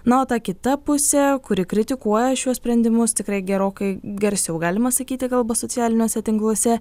na o ta kita pusė kuri kritikuoja šiuos sprendimus tikrai gerokai garsiau galima sakyti kalbas socialiniuose tinkluose